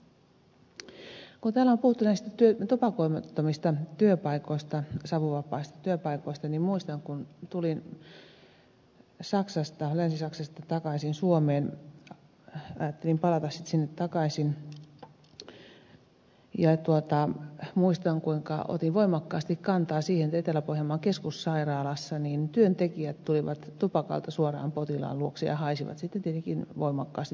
kun täällä on puhuttu näistä tupakoimattomista työpaikoista savuvapaista työpaikoista niin kun tulin länsi saksasta takaisin suomeen ajattelin palata sitten sinne takaisin niin muistan kuinka otin voimakkaasti kantaa siihen että etelä pohjanmaan keskussairaalassa työntekijät tulivat tupakalta suoraan potilaan luokse ja haisivat sitten tietenkin voimakkaasti tupakalta